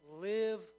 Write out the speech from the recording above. live